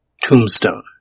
Tombstone